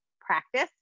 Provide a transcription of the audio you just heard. practice